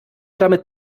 damit